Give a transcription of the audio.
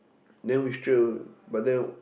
than we straightaway but then